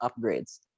upgrades